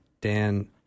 Dan